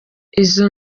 izo